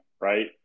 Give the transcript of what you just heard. right